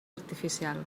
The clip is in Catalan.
artificial